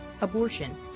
abortion